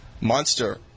Monster